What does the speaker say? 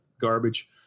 garbage